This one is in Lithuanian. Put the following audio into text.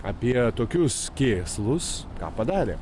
apie tokius kėslus ką padarė